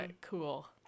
cool